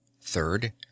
THIRD